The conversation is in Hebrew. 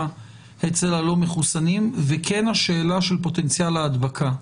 אצל הלא מחוסנים זאת כן השאלה של פוטנציאל ההדבקה.